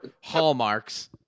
hallmarks